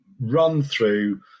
run-through